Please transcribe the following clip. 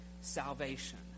salvation